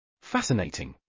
Fascinating